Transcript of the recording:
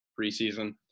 preseason